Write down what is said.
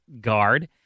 guard